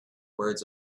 words